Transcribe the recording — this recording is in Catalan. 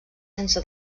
sense